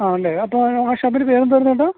ആണല്ലേ അപ്പം ആ ഷാപ്പിൻ്റെ പേരെന്തായിരുന്നു ചേട്ടാ